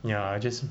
ya I just